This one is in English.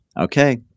Okay